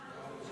כולם.